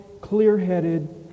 clear-headed